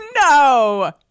No